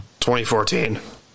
2014